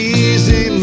easy